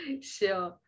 Sure